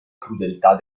crudeltà